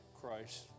Christ